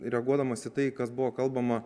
reaguodamas į tai kas buvo kalbama